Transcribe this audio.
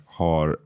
har